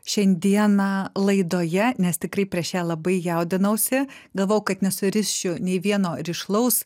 šiandieną laidoje nes tikrai prieš ją labai jaudinausi galvojau kad nesurišiu nei vieno rišlaus